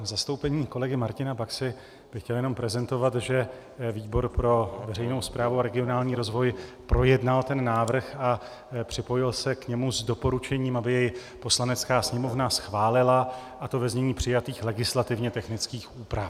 V zastoupení kolegy Martina Baxy bych chtěl jenom prezentovat, že výbor pro veřejnou správu a regionální rozvoj projednal ten návrh a připojil se k němu s doporučením, aby jej Poslanecká sněmovna schválila, a to ve znění legislativně technických úprav.